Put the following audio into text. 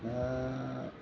दा